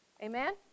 Amen